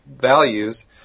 values